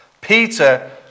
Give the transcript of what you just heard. Peter